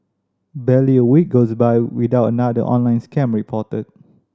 barely a week goes by without another online scam reported